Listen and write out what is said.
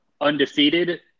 undefeated